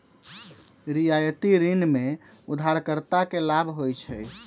रियायती ऋण में उधारकर्ता के लाभ होइ छइ